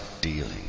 dealing